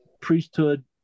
Priesthood